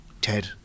Ted